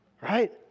Right